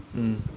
mm